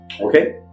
Okay